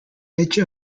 edge